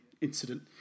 incident